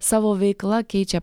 savo veikla keičia